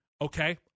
Okay